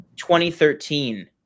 2013